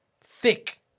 thick